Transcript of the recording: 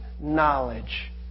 knowledge